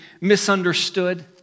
misunderstood